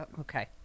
okay